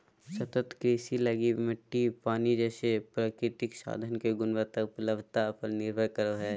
सतत कृषि लगी मिट्टी, पानी जैसे प्राकृतिक संसाधन के गुणवत्ता, उपलब्धता पर निर्भर करो हइ